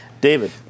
David